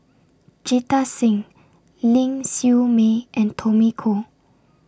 Jita Singh Ling Siew May and Tommy Koh